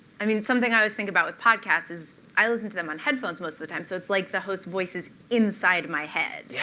i mean, something i always think about with podcasts is i listen to them on headphones most of the time, so it's like the host's voice is inside my head, yeah